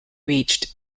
reached